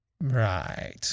Right